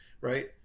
right